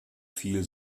fiel